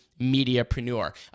mediapreneur